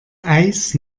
eis